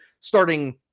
starting